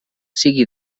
sigui